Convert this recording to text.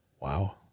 Wow